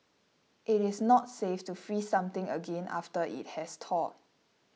it is not safe to freeze something again after it has thawed